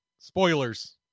spoilers